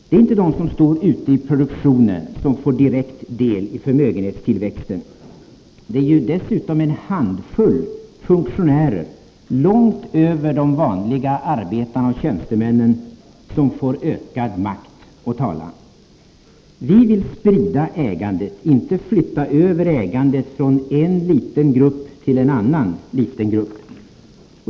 Det är inte de som står ute i produktionen som får direkt del i förmögenhetstillväxten. Det är ju dessutom en handfull funktionärer, långt över de vanliga arbetarna och tjänstemännen, som får ökad makt och talan. Vi vill sprida ägandet — inte flytta över ägandet från en liten grupp till en annan liten grupp.